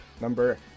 number